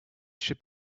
should